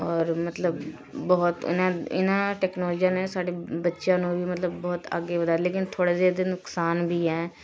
ਔਰ ਮਤਲਬ ਬਹੁਤ ਇਨਾਂ ਇਹਨਾਂ ਟੈਕਨੋਲਜੀਆਂ ਨੇ ਸਾਡੇ ਬੱਚਿਆਂ ਨੂੰ ਵੀ ਮਤਲਬ ਬਹੁਤ ਅੱਗੇ ਵਧਾਇਆ ਲੇਕਿਨ ਥੋੜ੍ਹਾ ਜਿਹਾ ਇਹਦੇ ਨੁਕਸਾਨ ਵੀ ਐਂ